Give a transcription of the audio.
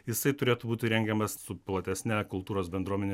jisai turėtų būti rengiamas su platesne kultūros bendruomene